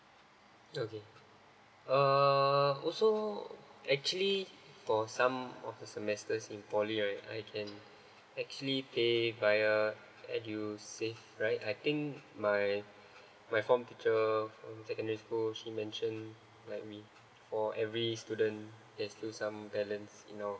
okay uh also actually for some of the semester in poly right I can actually pay via edusave right I think my my form teacher from secondary school she mention like we for every student that still some balance in our